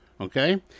okay